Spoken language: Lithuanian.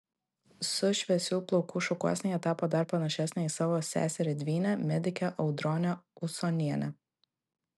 su šviesių plaukų šukuosena ji tapo dar panašesnė į savo seserį dvynę medikę audronę usonienę